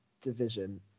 division